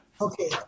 Okay